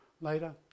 later